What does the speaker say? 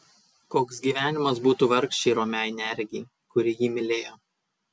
koks gyvenimas būtų vargšei romiai neregei kuri jį mylėjo